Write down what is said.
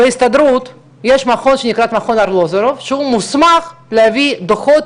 בהסתדרות יש מכון שנקרא מכון ארלוזורוב שהוא מוסמך להביא דוחות